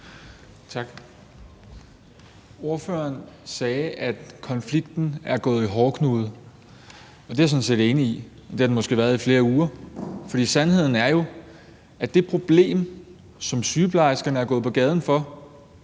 Tak. Ordføreren sagde, at konflikten er gået i hårdknude – det er jeg sådan set enig i – og det har den måske været i flere uger. For sandheden er jo, at det problem, som sygeplejerskerne er gået på gaden for,